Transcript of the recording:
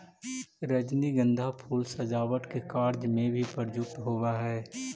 रजनीगंधा फूल सजावट के कार्य में भी प्रयुक्त होवऽ हइ